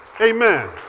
Amen